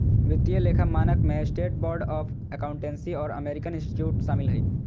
वित्तीय लेखा मानक में स्टेट बोर्ड ऑफ अकाउंटेंसी और अमेरिकन इंस्टीट्यूट शामिल हइ